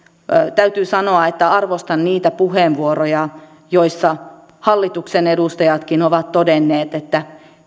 täytyy sanoa että arvostan niitä puheenvuoroja joissa hallituksen edustajatkin ovat todenneet että